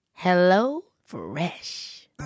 HelloFresh